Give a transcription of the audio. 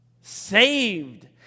Saved